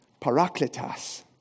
parakletas